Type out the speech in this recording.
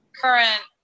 current